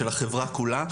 של החברה כולה,